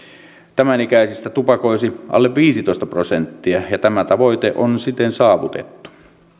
tämänikäisistä tupakoisi alle viisitoista prosenttia ja tämä tavoite on siten saavutettu